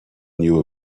knew